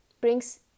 brings